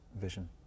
vision